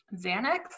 Xanax